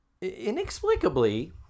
inexplicably